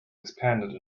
expanded